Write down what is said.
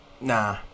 Nah